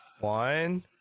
one